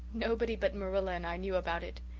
nobody but marilla and i knew about it.